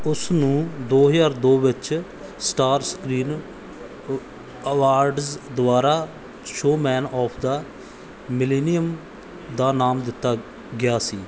ਉਸ ਨੂੰ ਦੋ ਹਜ਼ਾਰ ਦੋ ਵਿੱਚ ਸਟਾਰ ਸਕ੍ਰੀਨ ਅ ਅਵਾਰਡਜ਼ ਦੁਆਰਾ ਸ਼ੋਅਮੈਨ ਔਫ ਦਾ ਮਿਲੇਨੀਅਮ ਦਾ ਨਾਮ ਦਿੱਤਾ ਗਿਆ ਸੀ